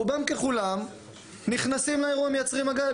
רובם ככולם נכנסים לאירוע ומייצגים מגע,